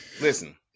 Listen